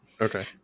Okay